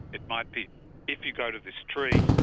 it might be if you go to this tree,